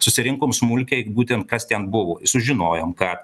susirinkom smulkiai būtent kas ten buvo sužinojom kad